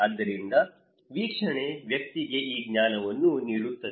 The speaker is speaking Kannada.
ಆದ್ದರಿಂದ ವೀಕ್ಷಣೆ ವ್ಯಕ್ತಿಗೆ ಈ ಜ್ಞಾನವನ್ನು ನೀಡುತ್ತದೆ